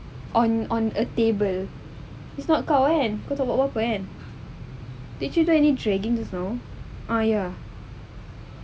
on on a table is not kau kan kau tak buat apa-apa did you done any dragging just now